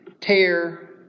tear